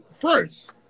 First